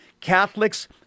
Catholics